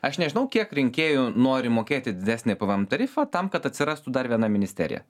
aš nežinau kiek rinkėjų nori mokėti didesnį pvm tarifą tam kad atsirastų dar viena ministerija